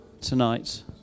tonight